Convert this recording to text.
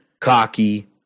cocky